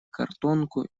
картонку